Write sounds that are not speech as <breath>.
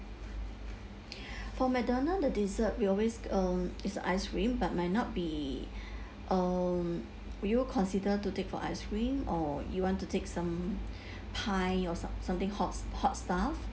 <breath> for mcdonald the dessert we always um is the ice cream but might not be <breath> um will you consider to take for ice cream or you want to take some <breath> pie or some something hot hot stuff